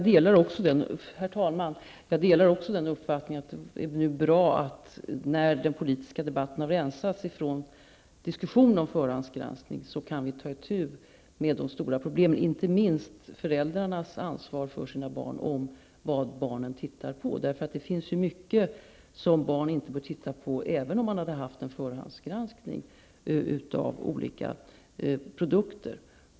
Herr talman! Jag delar också den uppfattningen att det är bra att vi kan ta itu med de stora problemen, när den politiska debatten har rensats från diskussionerna om förhandsgranskning. Det gäller inte minst föräldrarnas ansvar för sina barn och för vad barnen tittar på. Det finns mycket som barn inte bör titta på, även om vi hade haft en förhandsgranskning av olika produkter.